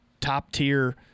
top-tier